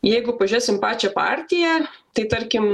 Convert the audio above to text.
jeigu pažėsim pačią partiją tai tarkim